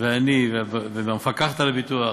אני והמפקחת על הביטוח